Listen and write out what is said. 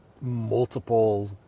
multiple